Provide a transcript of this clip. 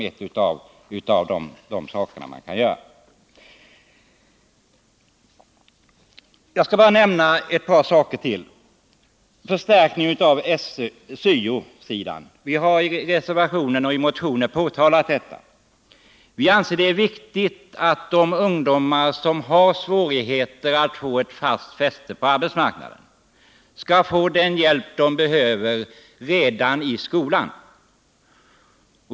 Jag skall bara nämna ett par saker till, bl.a. förstärkningen på syo-sidan. Vi har i motioner och i en reservation tagit upp denna fråga. Vi anser att det är viktigt att de ungdomar som har svårigheter att få ett fast fäste på arbetsmarknaden får den hjälp de behöver redan i skolan.